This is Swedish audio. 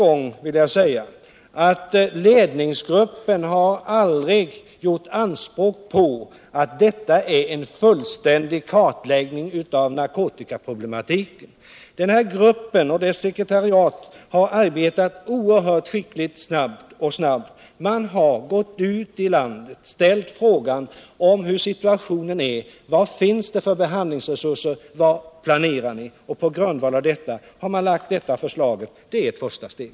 Jag vill också upprepa att ledningsgruppen aldrig har gjort anspråk på att detta är en fullständig kartläggning av narkotikaproblematiken. Denna grupp och dess sekretariat har arbetat oerhört skickligt och snabbt. Man har gått ut i landet och ställt frågor om hur situationen är: Vad finns det för behandlingsresurser och vad planerar ni? På grundval av detta har man lagt fram det här förslaget. Det är ett första steg.